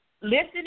listening